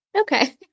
Okay